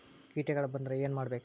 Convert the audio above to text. ಕೇಟಗಳ ಬಂದ್ರ ಏನ್ ಮಾಡ್ಬೇಕ್?